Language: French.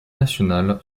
nationales